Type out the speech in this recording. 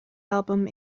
album